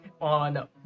On